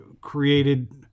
created